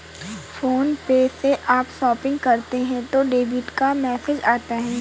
phone पे से आप शॉपिंग करते हो तो डेबिट का मैसेज आता है